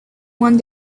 one